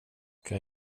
kan